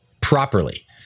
properly